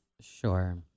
Sure